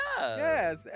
Yes